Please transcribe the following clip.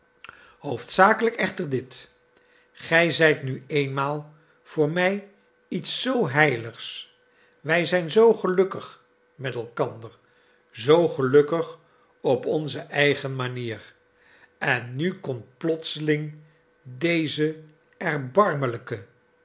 hoofdzakelijk echter dit gij zijt nu eenmaal voor mij iets zoo heiligs wij zijn zoo gelukkig met elkander zoo gelukkig op onze eigen manier en nu komt plotseling deze erbarmelijke